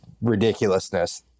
ridiculousness